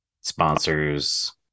sponsors